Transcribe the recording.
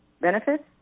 benefits